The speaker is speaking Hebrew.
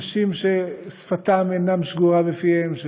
אנשים שהשפה אינם שגורה בפיהם,